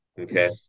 Okay